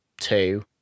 two